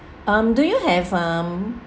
um do you have um